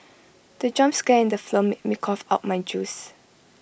the jump scare in the made me cough out my juice